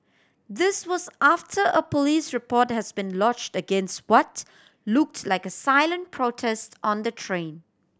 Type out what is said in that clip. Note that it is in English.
this was after a police report has been lodged against what looked like a silent protest on the train